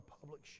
public